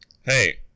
Hey